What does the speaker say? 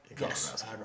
Yes